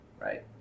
right